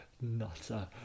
nutter